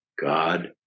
God